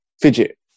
fidget